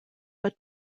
but